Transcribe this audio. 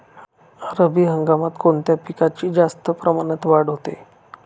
रब्बी हंगामात कोणत्या पिकांची जास्त प्रमाणात वाढ होते?